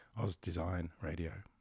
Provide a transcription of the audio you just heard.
OzDesignradio